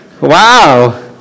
Wow